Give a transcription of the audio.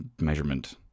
measurement